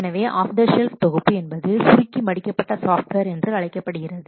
எனவே off the shelf தொகுப்பு என்பது சுருக்கி மடிக்கப்பட்ட சாஃப்ட்வேர் என்றும் அழைக்கப்படுகிறது